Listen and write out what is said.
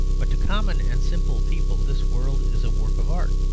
but to common and simple people this world is a work of art,